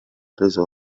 reso